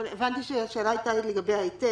אבל הבנתי שהשאלה הייתה לגבי ההיטל